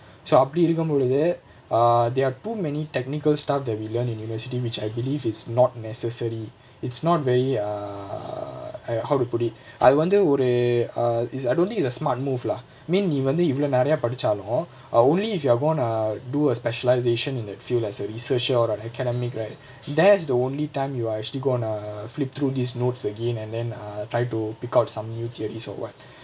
so அப்டி இருக்கும் பொழுது:apdi irukkum poluthu err there are too many technical stuff that we learn in university which I believe is not necessary it's not very err I how to put it அது வந்து ஒரு:athu vanthu oru err is a I don't think it's a smart move lah mean நீ வந்து இவ்ள நிறைய படிச்சாலும்:nee vanthu ivla niraiya padichalum err only if you're gone a do a specialisation in that field like as a researcher or as an academic right that's the only time you're gonna flip through this notes again and then uh try to pick up some new thoeories or what